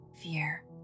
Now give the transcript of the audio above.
Fear